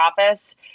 office